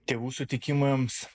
tėvų sutikimams